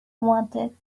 wanted